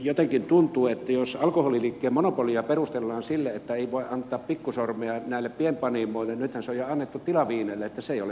jotenkin tuntuu että jos alkoholiliikkeen monopolia perustellaan sillä että ei voi antaa pikkusormea näille pienpanimoille kun nythän se on jo annettu tilaviineille niin se ei ole